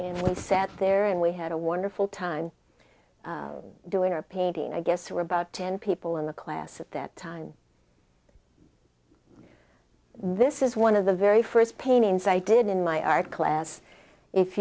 and we sat there and we had a wonderful time doing a painting i guess were about ten people in the class at that time this is one of the very first paintings i did in my art class if